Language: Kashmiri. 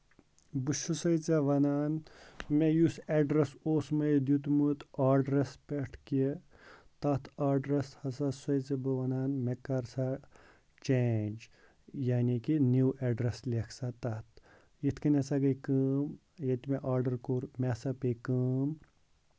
بہٕ چھُسَے ژےٚ وَنان مےٚ یُس ایڈرَس اوسمَے دیُتمُت آڈرَس پٮ۪ٹھ کہِ تَتھ آڈرَس ہسا چھُسَے ژےٚ بہٕ وَنان مےٚ کر سا چینج یعنی کہِ نو ایڈرَس لٮ۪کھ سا تَتھ یِتھ کَنۍ ہسا گے کٲم ییٚتہِ مےٚ آدڑ کوٚر مےٚ سا پیٚیہِ کٲم